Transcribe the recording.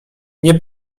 nie